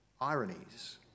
ironies